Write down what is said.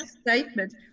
statement